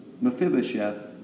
Mephibosheth